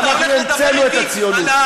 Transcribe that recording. ואנחנו המצאנו את הציונות.